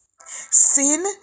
Sin